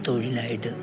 തൊഴിലായിട്ട്